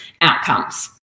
outcomes